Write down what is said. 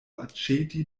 aĉeti